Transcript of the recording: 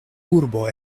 urbo